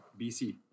BC